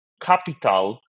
capital